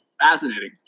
Fascinating